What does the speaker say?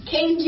King